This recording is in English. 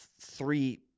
three